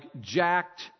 jacked